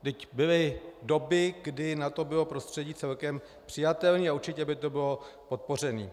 Vždyť byly doby, kdy na to bylo prostředí celkem přijatelné, a určitě by to bylo podpořeno.